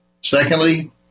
Secondly